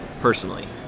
personally